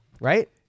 right